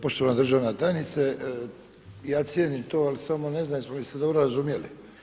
Poštovana državna tajnice, ja cijenim to ali samo ne znam jesmo li se dobro razumjeli?